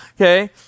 Okay